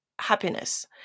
happiness